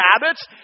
habits